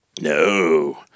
No